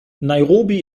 nairobi